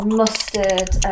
mustard